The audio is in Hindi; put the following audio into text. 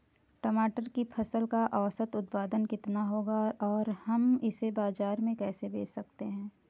टमाटर की फसल का औसत उत्पादन कितना होगा और हम इसे बाजार में कैसे बेच सकते हैं?